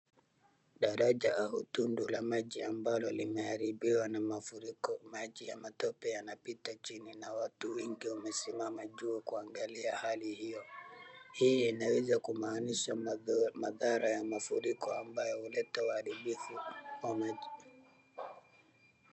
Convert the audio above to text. Daraja au tundu la maji ambalo limeharibiwa na mafuriko. Maji ya matope yanapita chini na watu wengi wamesimama juu kuangalia hali hiyo. Hii inaweza kumaanisha madhara ya mafuriko ambayo huleta uharibifu wa maji.